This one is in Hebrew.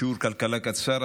בשיעור כלכלה קצר.